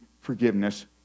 forgiveness